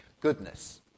goodness